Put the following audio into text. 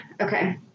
Okay